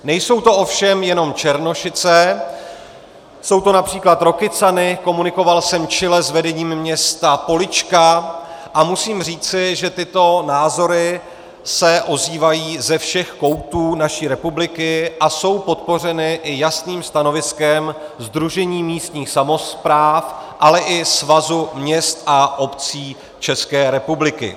Nejsou to ovšem jenom Černošice, jsou to např. Rokycany, komunikoval jsem čile s vedením města Polička a musím říci, že tyto názory se ozývají ze všech koutů naší republiky a jsou podpořeny i jasným stanoviskem Sdružení místních samospráv, ale i Svazu měst a obcí České republiky.